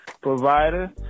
provider